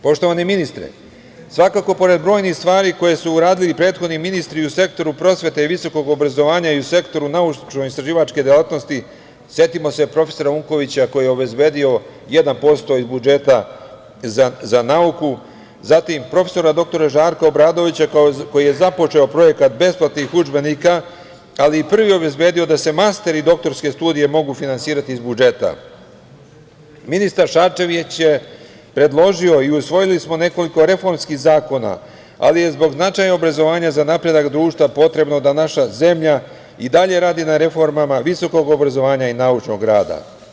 Poštovani ministre, svakako pored brojnih stvari koje su uradili prethodni ministri u sektoru prosvete visokog obrazovanja i u sektoru naučno-istraživačke delatnosti, setimo se profesora Unkovića koji je obezbedio 1% iz budžeta za nauku, zatim profesora doktora Žarka Obradovića koji je započeo projekat besplatnih udžbenika, ali i prvi obezbedio da se master i doktorske studije mogu finansirati iz budžeta, ministar Šarčević je predložio i usvojili smo nekoliko reformskih zakona, ali je zbog značaja obrazovanja za napredak društva potrebno da naša zemlja i dalje radi na reformama visokog obrazovanja i naučnog rada.